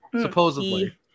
Supposedly